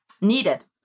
needed